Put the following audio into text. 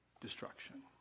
destruction